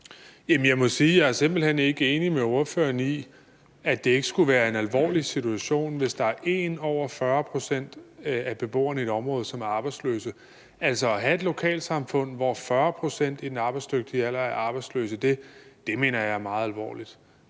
jeg simpelt hen ikke er enig med ordføreren i, at det ikke skulle være en alvorlig situation, hvis der er over 40 pct. af beboerne i et område, som er arbejdsløse. Altså, at have et lokalsamfund, hvor 40 pct. i den arbejdsdygtige alder er arbejdsløse, mener jeg er meget alvorligt.